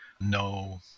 no